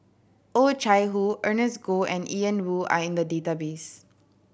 Oh Chai Hoo Ernest Goh and Ian Woo are in the database